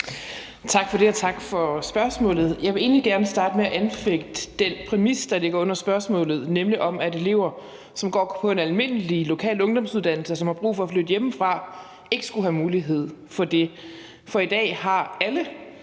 Tak for det, og tak for spørgsmålet. Jeg vil egentlig gerne starte med at anfægte den præmis, der ligger under spørgsmålet, nemlig om at elever, som går på en almindelig, lokal ungdomsuddannelse, og som har brug for at flytte hjemmefra, ikke skulle have mulighed for det. For i dag har alle